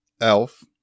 Elf